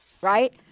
right